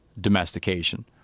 domestication